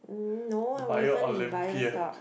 no I wasn't in bio soc~